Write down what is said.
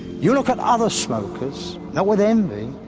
you'll look at other smokers, not with envy,